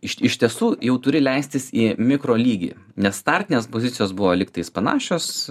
iš iš tiesų jau turi leistis į mikrolygį nes startinės pozicijos buvo lygtais panašios